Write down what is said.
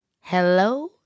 Hello